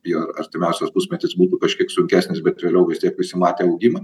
ir artimiausias pusmetis buvo kažkiek sunkesnis bet vėliau vis tiek visi matė augimą